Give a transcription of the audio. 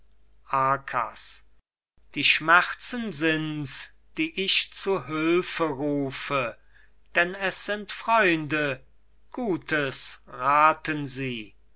die schmerzen sind's die ich zu hülfe rufe denn es sind freunde gutes rathen sie